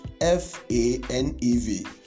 F-A-N-E-V